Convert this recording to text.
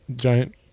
giant